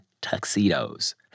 tuxedos